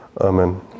Amen